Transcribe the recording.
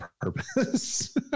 purpose